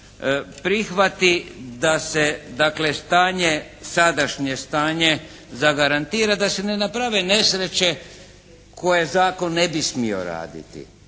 stanje, sadašnje stanje zagarantira, da se ne naprave nesreće koje zakon ne bi smio raditi.